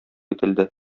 ителде